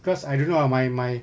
cause I don't know ah my my